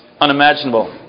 unimaginable